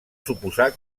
suposar